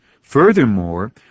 Furthermore